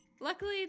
Luckily